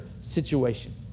situation